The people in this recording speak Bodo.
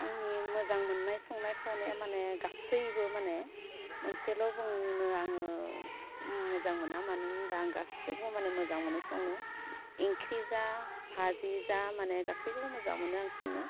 आंनि मोजां मोन्नाय संनाय खावनाया माने गासैबो माने मोनसेल' बुंनो आङो मोजां मोना मानो होनबा आं गासैखौबो माने मोजां मोनो संनो ओंख्रि जा फाजि जा माने गासैखौबो मोजां मोनो आं संनो